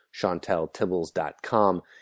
ChantelTibbles.com